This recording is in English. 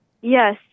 Yes